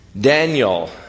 Daniel